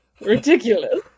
Ridiculous